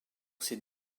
ces